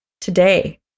today